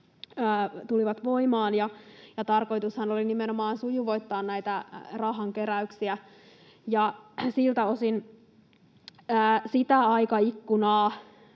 tulivat voimaan, ja tarkoitushan oli nimenomaan sujuvoittaa näitä rahankeräyksiä. Siltä osin siinä aikaikkunassa,